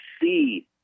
see